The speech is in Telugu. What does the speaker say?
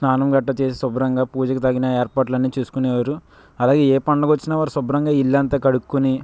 స్నానం గట్టా చేసి శుభ్రంగా పూజకు తగిన ఏర్పాట్లన్నీ చూసుకునేవారు అలాగే ఏ పండుగ వచ్చిన వారు శుభ్రంగా ఇల్లంతా కడుక్కొని